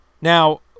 Now